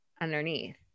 underneath